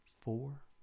four